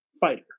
fighter